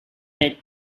that